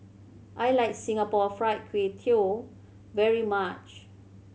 I like Singapore Fried Kway Tiao very much